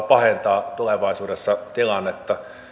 pahentaa tulevaisuudessa tilannetta